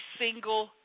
single